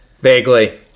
Vaguely